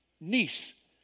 niece